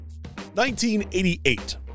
1988